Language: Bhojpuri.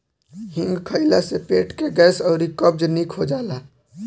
हिंग खइला से पेट के गैस अउरी कब्ज निक हो जाला